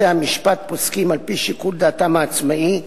בתי-המשפט פוסקים על-פי שיקול דעתם העצמאי,